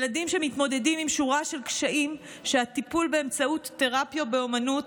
ילדים שמתמודדים עם שורה של קשיים שהטיפול באמצעות תרפיה באומנות